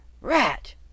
Rat